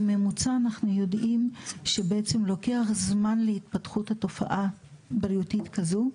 בממוצע אנחנו יודעים שבעצם לוקח זמן להתפתחות תופעה בריאותית כזו,